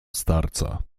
starca